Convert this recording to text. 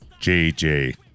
JJ